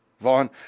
Vaughn